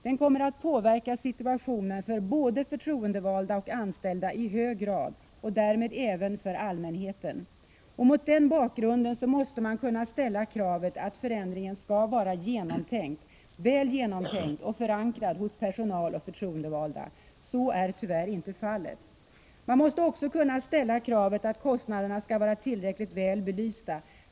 Den kommer att i hög grad påverka situationen för både förtroendevalda och anställda och därmed även för allmänheten. Mot den bakgrunden måste man kunna ställa kravet att förändringen skall vara väl genomtänkt och förankrad hos personal och förtroendevalda. Så är tyvärr inte fallet. 163 Man måste också kunna ställa kravet att kostnaderna skall vara tillräckligt väl belysta.